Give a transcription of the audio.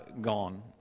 gone